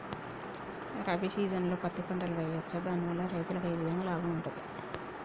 రబీ సీజన్లో పత్తి పంటలు వేయచ్చా దాని వల్ల రైతులకు ఏ విధంగా లాభం ఉంటది?